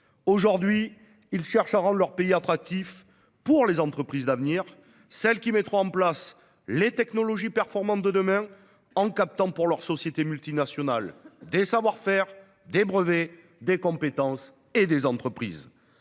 Ils cherchent à rendre leur pays attractif pour les entreprises d'avenir, celles qui mettront en place les technologies performantes de demain, en captant pour leurs sociétés multinationales des savoir-faire, des brevets, des compétences et des entreprises.